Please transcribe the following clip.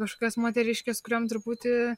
kažkokios moteriškės kuriom truputį